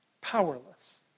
Powerless